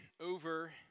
over